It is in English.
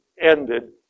ended